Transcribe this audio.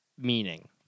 meaning